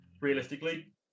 realistically